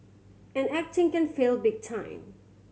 and acting can fail big time